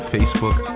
Facebook